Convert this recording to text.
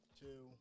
two